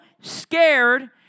scared